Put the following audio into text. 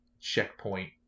checkpoint